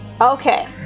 Okay